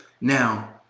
Now